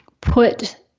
put